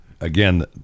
again